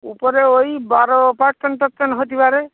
উপরে ওই বারো পার্সেন্ট টার্সেন্ট হতে পারে